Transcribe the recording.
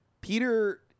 Peter